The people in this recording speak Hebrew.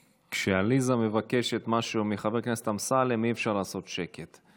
כשעליזה מבקשת משהו מחבר הכנסת אמסלם אי-אפשר לעשות שקט.